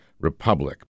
Republic